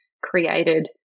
created